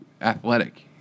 athletic